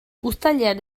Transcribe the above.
uztailean